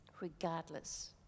Regardless